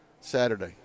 Saturday